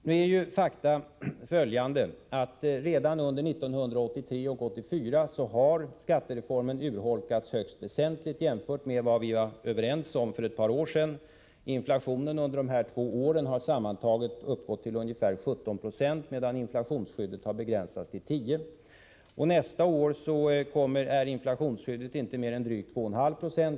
Fakta är emellertid följande: Skattereformen har redan under 1983 och 1984 urholkats högst väsentligt jämfört med vad vi var överens om för ett par år sedan. Inflationen under dessa två år har sammantaget uppgått till ungefär 17 70, medan inflationsskyddet har begränsats till 1096. Nästa år blir inflationsskyddet inte mer än drygt 2,596.